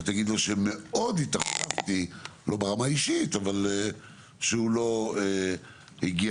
ותגידו לו שמאוד התאכזבתי שהוא לא הגיע